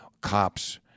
cops